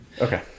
Okay